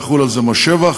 יחול על זה מס שבח.